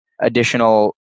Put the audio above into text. additional